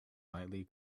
lightly